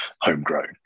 homegrown